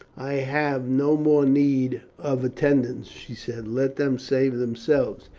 i have no more need of attendants she said let them save themselves.